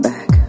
Back